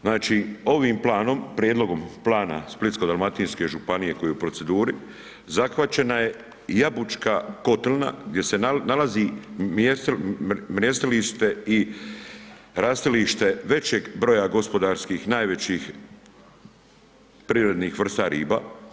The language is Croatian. Znači ovim prijedlogom plana Splitsko-dalmatinske županije koji je u proceduri zahvaćena je jabučka kotlina gdje se nalazi mrijestilište i rastilište većeg broja gospodarskih najvećih prirodnih vrsta riba.